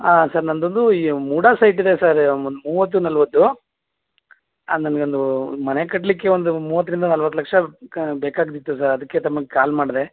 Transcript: ಹಾಂ ಸರ್ ನನ್ನದೊಂದು ಈ ಮೂಡ ಸೈಟಿದೆ ಸರ್ ಒಂದು ಮೂವತ್ತು ನಲವತ್ತು ಹಾ ನಮಗೊಂದು ಮನೆ ಕಟ್ಟಲಿಕ್ಕೆ ಒಂದು ಮೂವತ್ತರಿಂದ ನಲವತ್ತು ಲಕ್ಷ ಬೇಕಾಗ್ತಿತ್ತು ಸರ್ ಅದಕ್ಕೆ ತಮಗೆ ಕಾಲ್ ಮಾಡಿದೆ